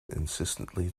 insistently